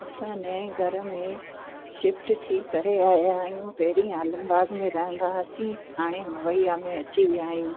असां नएं घर में शिफ़्ट थी करे आया आहियूं पहिरीं आलमबाग में रहंदा हुआसीं हाणे मवैया में अची विया आहियूं